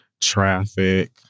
traffic